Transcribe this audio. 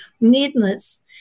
needless